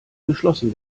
geschlossen